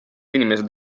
inimesed